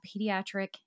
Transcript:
pediatric